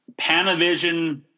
Panavision